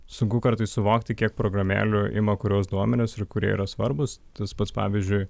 sunku kartais suvokti kiek programėlių ima kuriuos duomenis ir kurie yra svarbūs tas pats pavyzdžiui